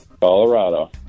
Colorado